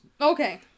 Okay